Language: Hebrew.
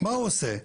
מה הוא עושה?